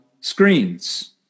screens